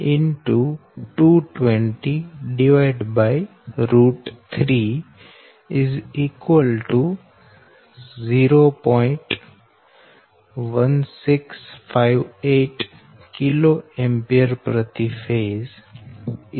157 X 10 6 X 2203 0